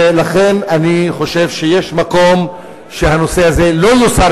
ולכן אני חושב שיש מקום שהנושא הזה לא יוסר